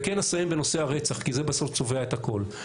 וכן אסיים בנושא הרצח כי זה בסוף צובע את הכול.